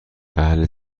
اهل